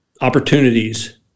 opportunities